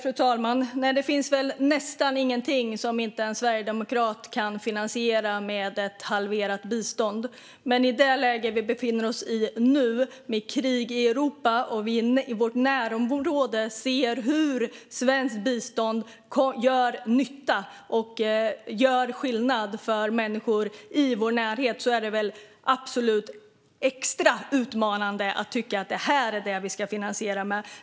Fru talman! Det finns väl nästan ingenting som en sverigedemokrat inte kan finansiera med ett halverat bistånd. Men i det läge vi befinner oss i nu, med krig i Europa och där vi ser hur svenskt bistånd gör nytta och skillnad för människor i vårt närområde, är det väl ett extra utmanande uttalande att det är biståndet vi ska finansiera detta med.